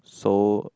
so